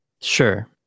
Sure